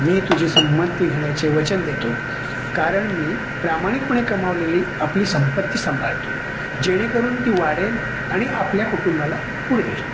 मी तुझी संमती घेण्याचे वचन देतो कारण मी प्रामाणिकपणे कमावलेली आपली संपत्ती सांभाळतो जेणेकरून ती वाढेल आणि आपल्या कुटुंबाला पुरेल